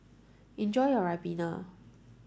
enjoy your Ribena